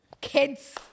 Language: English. Kids